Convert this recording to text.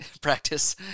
practice